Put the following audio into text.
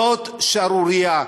זו שערורייה.